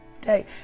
day